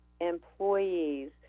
employees